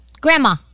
Grandma